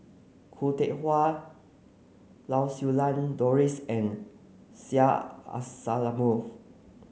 Khoo Teck Puat Lau Siew Lang Doris and Syed Alsagoff